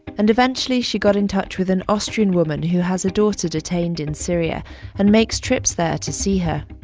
and eventually she got in touch with an austrian woman who has a daughter detained in syria and makes trips there to see her.